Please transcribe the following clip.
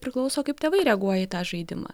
priklauso kaip tėvai reaguoja į tą žaidimą